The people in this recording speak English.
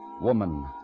woman